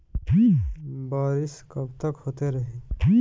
बरिस कबतक होते रही?